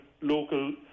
local